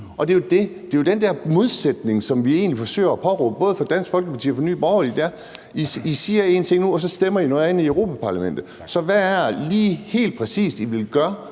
egentlig den modsætning, som vi forsøger at råbe op om, både fra Dansk Folkeparti og fra Nye Borgerliges side, altså at I nu siger én ting, og at I så stemmer noget andet i Europa-Parlamentet. Så hvad er det helt præcis, I vil gøre,